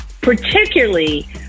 particularly